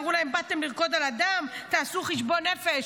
אמרו להם: באתם לרקוד על הדם, תעשו חשבון נפש.